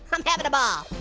i'm having a ball.